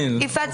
יפעת,